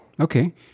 Okay